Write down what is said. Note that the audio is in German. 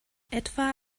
etwa